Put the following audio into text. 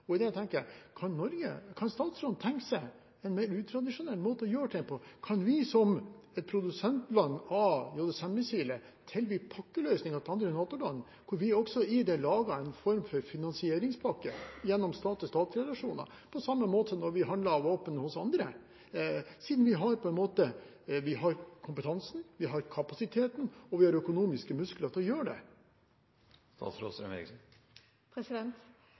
å gjøre ting på? Kan vi som et produsentland av JSM-missilet tilby pakkeløsninger til andre NATO-land hvor vi også i det lager en form for finansieringspakke gjennom stat-til-stat-relasjoner, på samme måte som når vi handler våpen hos andre, siden vi har kompetansen, kapasiteten og økonomiske muskler til å gjøre det? Jeg har lyst til å bemerke at bare det at Norge har bestilt disse flyene, at vi har laget en investeringsplan, at vi har laget en anskaffelsesplan, og at Stortinget har